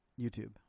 YouTube